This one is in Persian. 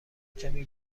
کمی